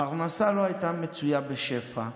פרנסה לא הייתה מצויה בשפע.